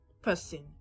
person